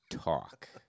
talk